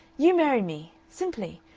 you marry me. simply.